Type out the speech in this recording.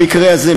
במקרה הזה,